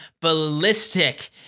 ballistic